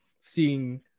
seeing